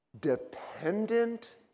Dependent